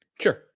Sure